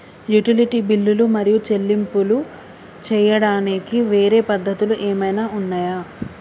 Utility బిల్లులు మరియు చెల్లింపులు చేయడానికి వేరే పద్ధతులు ఏమైనా ఉన్నాయా?